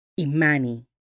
Imani